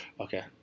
okay